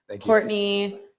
Courtney